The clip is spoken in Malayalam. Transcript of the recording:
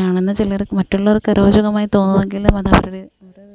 കാണുന്ന ചിലര് മറ്റുള്ളവര്ക്ക് അരോചകമായി തോന്നുന്നുവെങ്കിലും അത് അവരുടെ ഓരോ